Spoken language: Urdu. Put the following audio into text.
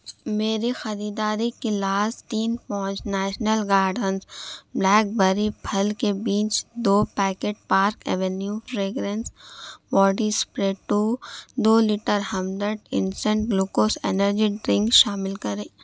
میری خریداری کی لاسٹ تین pouch National Gardens blackberry پھل کے بیج دو packet Park Avenue fragrance body spray two دو litre Hamdard instant glucose energy drink شامل کرے